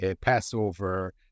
Passover